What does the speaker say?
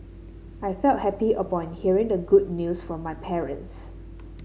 I felt happy upon hearing the good news from my parents